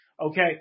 Okay